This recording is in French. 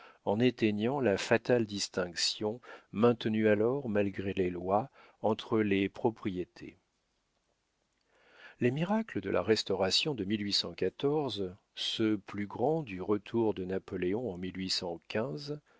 en éteignant la fatale distinction maintenue alors malgré les lois entre les propriétés les miracles de la restauration de ce plus grands du retour de napoléon en